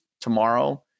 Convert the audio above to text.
tomorrow